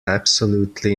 absolutely